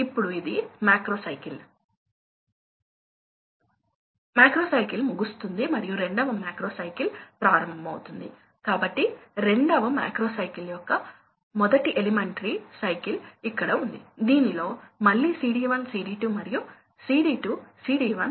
ఇప్పుడు మనం వేగాన్ని నియంత్రిస్తే పంప్ లక్షణం ఇప్పుడు తగ్గుతుంది ఇది N1 ఇది N2 మరియు N1 N2 కన్నా ఎక్కువ కాబట్టి ఆపరేటింగ్ పాయింట్స్ ఇప్పుడు దాని నుండి దీనికి మారుతాయి మునుపటి కేసు మాదిరిగానే